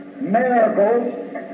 miracles